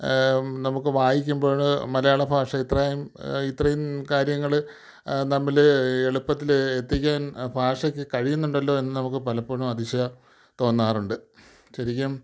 നമുക്ക് വായിക്കുമ്പോൾ മലയാളഭാഷ ഇത്രയും ഇത്രയും കാര്യങ്ങൾ നമ്മിൽ എളുപ്പത്തിൽ എത്തിക്കാൻ ഭാഷയ്ക്ക് കഴിയുന്നുണ്ടല്ലോ എന്ന് നമ്മൾക്ക് പലപ്പോഴും അതിശയം തോന്നാറുണ്ട് ശരിക്കും